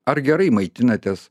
ar gerai maitinatės